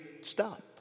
stop